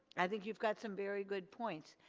i think you've got some very good points,